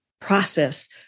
process